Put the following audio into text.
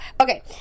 Okay